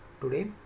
today